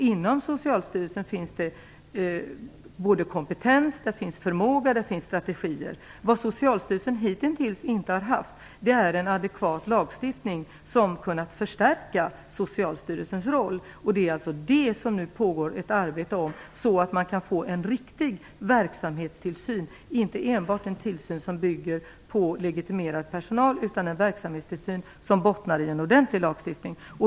Inom Socialstyrelsen finns kompetens, förmåga och strategier. Vad Socialstyrelsen hittills inte har haft är en adekvat lagstiftning som kunnat förstärka dess roll. Det pågår alltså nu ett arbete som syftar till att åstadkomma det, så att man kan få en riktig verksamhetstillsyn - inte enbart en tillsyn som bygger på legitimerad personal, utan en verksamhetstillsyn som bottnar i en ordentlig lagstiftning.